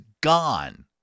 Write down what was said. gone